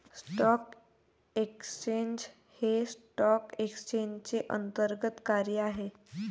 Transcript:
stock exchange हे stock एक्सचेंजचे अंतर्गत कार्य आहे